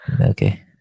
Okay